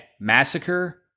massacre